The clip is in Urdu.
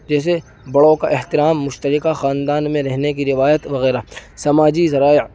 جیسے بڑوں کا احترام مشترکہ خاندان میں رہنے کی روایت وغیرہ سماجی ذرائع